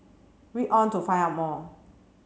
read on to find out more